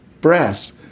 brass